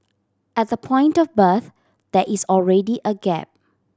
at the point of birth there is already a gap